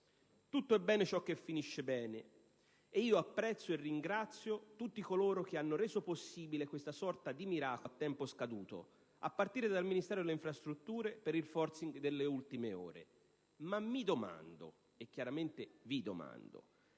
Tutto è bene ciò che finisce bene, ed io apprezzo e ringrazio tutti coloro che hanno reso possibile questa sorta di miracolo a tempo scaduto, a partire dal Ministero delle infrastrutture per il *forcing* delle ultime ore. Ma mi domando e vi domando: